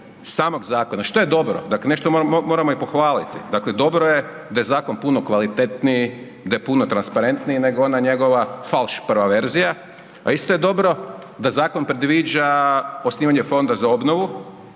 samog zakona. Što je dobro, dakle nešto moramo i pohvaliti. Dakle, dobro je da je zakon puno kvalitetniji, da je puno transparentniji nego ona njegova falš prva verzija, a isto je dobro da zakon predviđa osnivanje Fonda za obnovu,